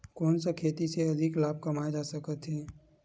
कोन सा खेती से अधिक लाभ कमाय जा सकत हे?